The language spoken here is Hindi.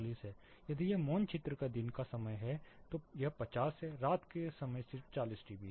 यदि यह मौन क्षेत्र का दिन का समय है 50 रात का समय सिर्फ 40 डीबी है